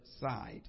side